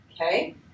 Okay